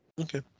okay